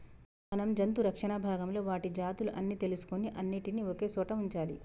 మనం జంతు రక్షణ భాగంలో వాటి జాతులు అన్ని తెలుసుకొని అన్నిటినీ ఒకే సోట వుంచాలి